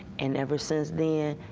and ever since then,